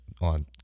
on